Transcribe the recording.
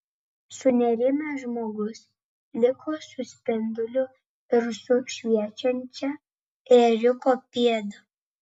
sunerimęs žmogus liko su spinduliu ir su šviečiančia ėriuko pėda